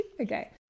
Okay